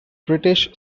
british